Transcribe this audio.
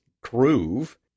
groove